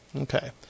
Okay